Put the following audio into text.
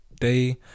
day